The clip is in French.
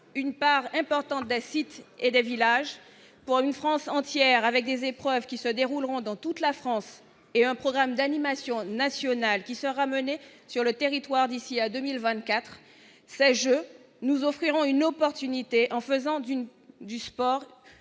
une part importante d'acide et d'avis lâche pour une France entière avec des épreuves qui se dérouleront dans toute la France et un programme d'animation nationale qui sera menée sur le territoire d'ici à 2024 ça je nous offrirons une opportunité en faisant d'une du sport